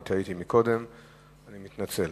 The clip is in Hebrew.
טעיתי קודם ואני מתנצל.